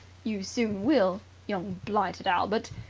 you soon will, young blighted albert!